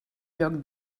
lloc